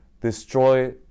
destroy